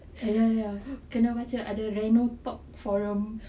ah ya ya kena macam ada reno~ talk forum